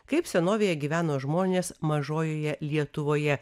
kaip senovėje gyveno žmonės mažojoje lietuvoje